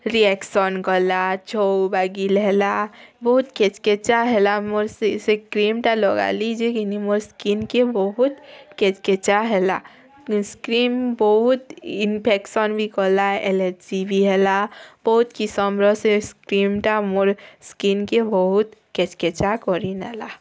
reaction କଲା ଛଉ ବାଗିଲ୍ ହେଲା ବହୁତ୍ କେଚ୍କେଚା ହେଲା ମୋର୍ ସେ ସେ କ୍ରିମ୍ଟା ଲଗାଲି ଯେ ଘିନି ମୋର୍ ସ୍କିନ୍କେ ବହୁତ୍ କେଚ୍କେଚା ହେଲା ସ୍କ୍ରିମ୍ ବହୁତ୍ ଇନଫେକ୍ସନ୍ ବି କଲା ଏଲର୍ଜି ବି ହେଲା ବହୁତ୍ କୀସମ୍ର ସେ ସ୍କ୍ରିମ୍ଟା ମୋର୍ ସ୍କିନ୍କି ବହୁତ୍ କେଚ୍କେଚା କରିନେଲା